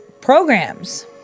programs